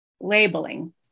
Labeling